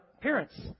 parents